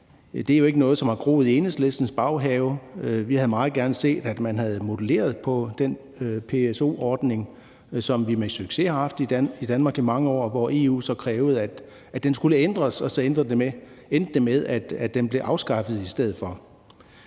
altså ikke er noget, som er groet i Enhedslistens baghave. Vi havde meget gerne set, at man havde moduleret den PSO-ordning, som har haft succes i Danmark i mange år, men EU krævede så, at den skulle ændres, og så endte det med, at den blev afskaffet i stedet for.